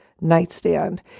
nightstand